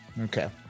Okay